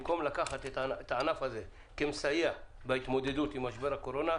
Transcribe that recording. במקום לקחת את הענף הזה כמסייע בהתמודדות מול משבר הקורונה,